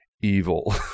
evil